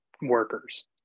workers